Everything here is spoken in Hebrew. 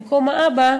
במקום האבא,